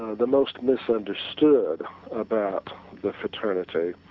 the most misunderstood about the fraternity,